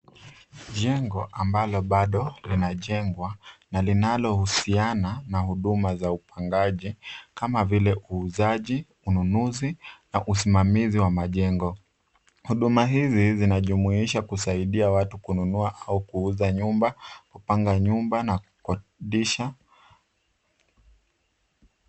Jengo ambalo bado linajengwa na linalohusiana na huduma za upangaji kama vile uuzaji, ununuzi na usimamizi wa majengo. Huduma hizi zinajumuisha kusaidia watu kununua au kuuza nyumba, kupanga nyumba na kukodisha.